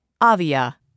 AVIA